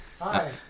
Hi